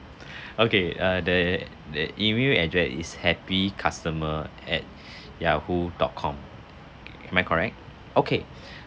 okay uh the the email address is happy customer at Yahoo dot com am I correct okay